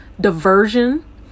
diversion